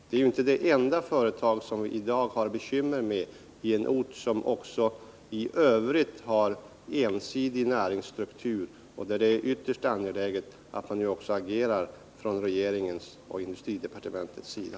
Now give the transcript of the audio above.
Det är ju inte det enda företag vi har bekymmer med i dag på en ort som i övrigt har ensidig näringsstruktur och där det är ytterst angeläget att man agerar från industridepartementets sida.